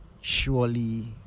surely